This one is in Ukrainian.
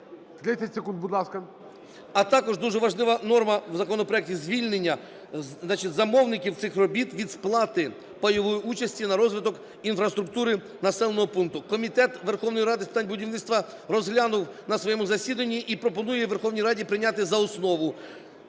а також дуже важлива норма в законопроекті: звільнення, значить, замовників цих робіт від сплати пайової участі на розвиток інфраструктури населеного пункту. Комітет Верховної Ради з питань будівництва розглянув на своєму засіданні і пропонує Верховній Раді прийняти за основу.